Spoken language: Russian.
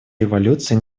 революции